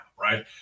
Right